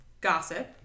gossip